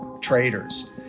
traders